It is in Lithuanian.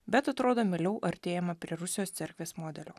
bet atrodo mieliau artėjama prie rusijos cerkvės modelio